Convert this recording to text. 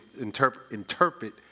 interpret